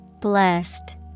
blessed